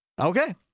Okay